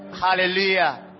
Hallelujah